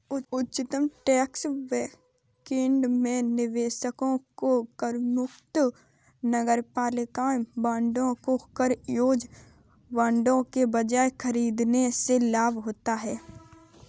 उच्चतम tax bracket में निवेशकों को करमुक्त नगरपालिका बांडों को कर योग्य बांडों के बजाय खरीदने से लाभ होता है